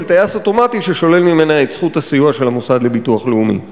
טייס אוטומטי ששולל ממנה את זכות הסיוע של המוסד לביטוח לאומי.